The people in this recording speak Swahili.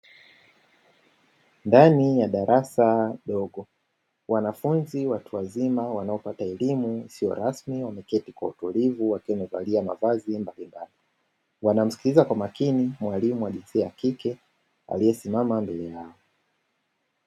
Ndani ya darasa dogo wanafunzi watu wazima wanaopata elimu isio rasmi, wameketi kwa utulivu wakiwa umevalia mavazi mbalimbali wanamsikiliza kwa makini mwalimu alisema kike aliyesimama mbele yao.